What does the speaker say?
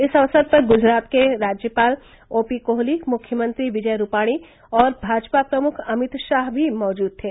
इस अवसर पर ग्जरात के राज्यपाल ओ पी कोहली मुख्यमंत्री विजय रूपाणी और भाजपा प्रमुख अमित शाह भी मौजूद थे